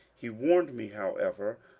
he warned me, however,